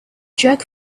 jerk